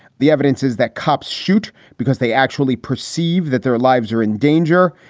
the evidence is that cops shoot because they actually perceive that their lives are in danger.